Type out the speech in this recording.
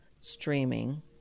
streaming